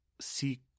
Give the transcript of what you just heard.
seek